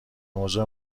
موضوع